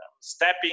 stepping